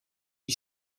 lui